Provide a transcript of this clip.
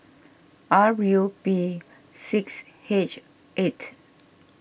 R U P six H eight